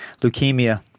leukemia